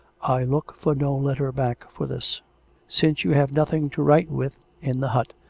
i look for no letter back for this since you have nothing to write with in the hut,